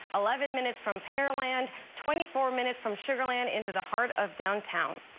eleven minutes from pearland twenty four minutes from sugar land into the heart of downtown.